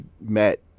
met